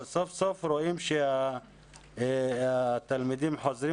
אבל סוף סוף רואים שהתלמידים חוזרים